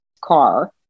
car